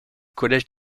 collège